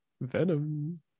Venom